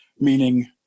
meaning